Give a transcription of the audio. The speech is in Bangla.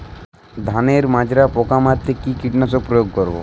ধানের মাজরা পোকা মারতে কি কীটনাশক প্রয়োগ করব?